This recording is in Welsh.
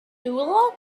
niwlog